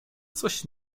coś